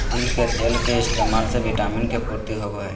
तिल के तेल के इस्तेमाल से विटामिन के पूर्ति होवो हय